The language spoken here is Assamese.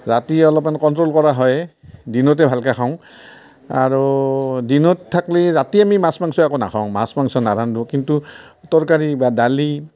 ৰাতি অলপমান কন্ট্ৰল কৰা হয় দিনতে ভালকৈ খাওঁ আৰু দিনত থাকলে ৰাতি আমি মাছ মাংচ একো নাখাওঁ মাছ মাংচ নাৰান্ধোঁ কিন্তু তৰকাৰি বা দালি